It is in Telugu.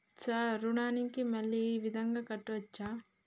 సార్ రుణాన్ని మళ్ళా ఈ విధంగా కట్టచ్చా?